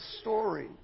story